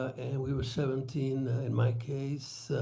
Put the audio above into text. and we were seventeen, in my case.